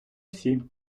всі